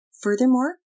Furthermore